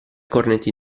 cornetti